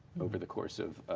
over the course of